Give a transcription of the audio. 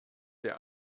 der